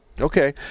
Okay